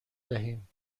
دهیم